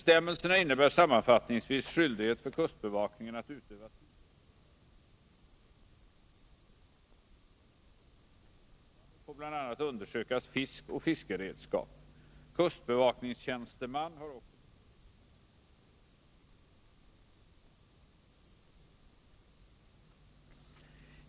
Bestämmelserna innebär sammanfattningsvis skyldighet för kustbevakningen att utöva tillsyn över efterlevnaden av gällande bestämmelser om fiske. Vid tillsynens bedrivande får bl.a. undersökas fisk och fiskredskap. Kustbevakningstjänsteman har också befogenhet att ta fångst, redskap och båt i beslag.